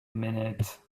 minute